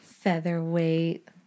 Featherweight